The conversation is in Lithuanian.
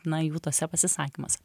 na jų tuose pasisakymuose